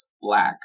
Black